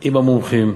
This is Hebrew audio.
עם המומחים,